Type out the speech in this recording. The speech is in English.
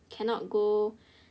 cannot go